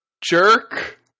jerk